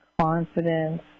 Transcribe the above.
confidence